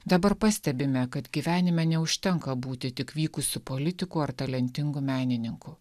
dabar pastebime kad gyvenime neužtenka būti tik vykusiu politiku ar talentingu menininku